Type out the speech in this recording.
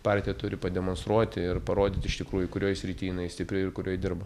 partija turi pademonstruoti ir parodyti iš tikrųjų kurioj srity jinai stipri ir kurioj dirba